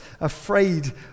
afraid